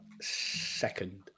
second